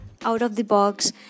out-of-the-box